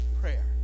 prayer